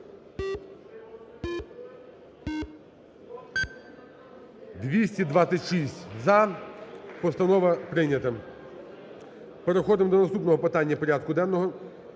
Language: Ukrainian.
За-226 Постанова прийнята. Переходимо до наступного питання порядку денного,